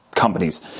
companies